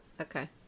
Okay